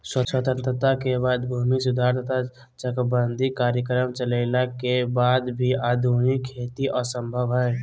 स्वतंत्रता के बाद भूमि सुधार तथा चकबंदी कार्यक्रम चलइला के वाद भी आधुनिक खेती असंभव हई